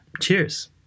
Cheers